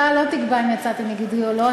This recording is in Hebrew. אתה לא תקבע אם יצאתי מגדרי או לא.